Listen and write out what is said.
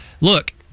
look